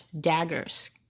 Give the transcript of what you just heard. daggers